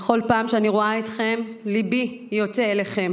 בכל פעם שאני רואה אתכם ליבי יוצא אליכם.